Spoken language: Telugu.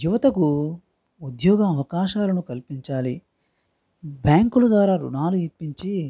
యువతకు ఉద్యోగ అవకాశాలు కల్పించాలి బ్యాంకులు ద్వారా రుణాలు ఇప్పించి